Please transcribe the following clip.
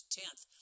tenth